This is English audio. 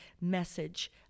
message